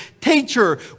Teacher